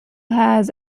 has